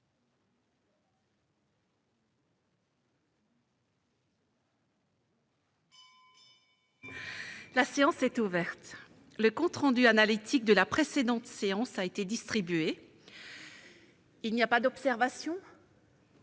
La séance est ouverte. Le compte rendu analytique de la précédente séance a été distribué. Il n'y a pas d'observation ?